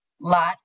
lot